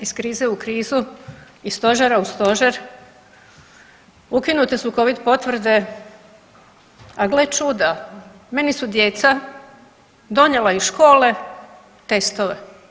Iz krize u krizu, iz stožera u stožer ukinute su covid potvrde, a gle čuda meni su djeca donijela iz škole testove.